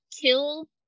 kill